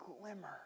glimmer